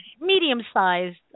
medium-sized